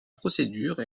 procédure